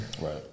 right